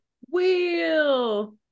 wheel